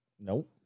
nope